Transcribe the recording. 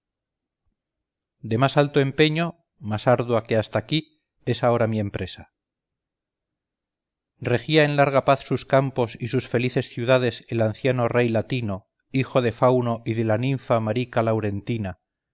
de más alto empeño más ardua que hasta aquí es ahora mi empresa regía en larga paz sus campos y sus felices ciudades el anciano rey latino hijo de fauno y de la ninfa marica laurentina